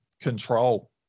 control